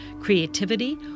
creativity